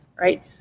right